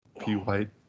P-White